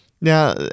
Now